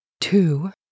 Two